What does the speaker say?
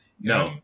No